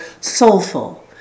Soulful